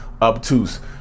obtuse